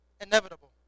inevitable